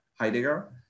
Heidegger